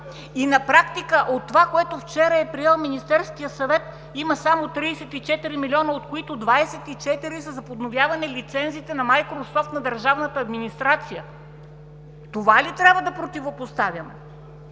На практика от това, което вчера е приел Министерският съвет, има само 34 милиона, от които 24 са за подновяване лицензите на Майкрософт на държавната администрация. Това ли трябва да противопоставяме?